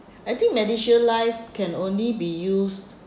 I think MediShield life can only be used